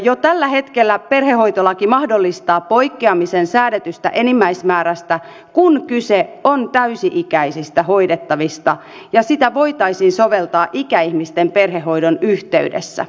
jo tällä hetkellä perhehoitolaki mahdollistaa poikkeamisen säädetystä enimmäismäärästä kun kyse on täysi ikäisistä hoidettavista ja sitä voitaisiin soveltaa ikäihmisten perhehoidon yhteydessä